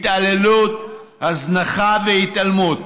התעללות, הזנחה והתעלמות.